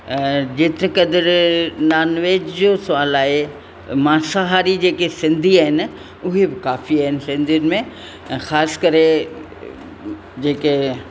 ऐं जेतिरे क़द्रु नॉनवेज जो सुवालु आहे मांसाहारी जेके सिंधी आहिनि उहे बि काफ़ी आहिनि सिंधियुनि में ख़ासि करे जेके